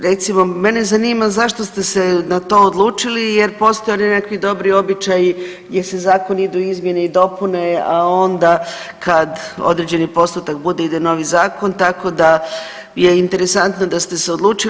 Recimo mene zanima zašto ste se na to odlučili, jer postoje oni nekakvi dobri običaji gdje se zakoni idu u izmjene i dopune a onda kad određeni postotak bude ide novi zakon, tako da je interesantno da ste se odlučili.